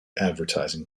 advertising